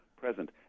present